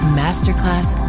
masterclass